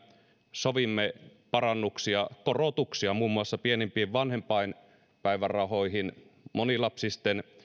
sovimme parannuksia korotuksia muun muassa pienimpiin vanhempainpäivärahoihin monilapsisten perheiden